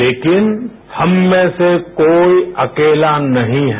लेकिन हममें से कोई अकेला नहीं है